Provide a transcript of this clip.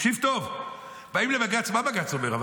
תקשיב טוב, באים לבג"ץ, מה בג"ץ אומר?